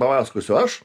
papasakosiu aš